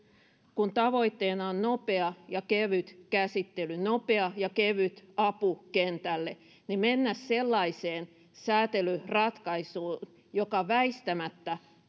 kun tavoitteena on nopea ja kevyt käsittely nopea ja kevyt apu kentälle mennä sellaiseen säätelyratkaisuun joka väistämättä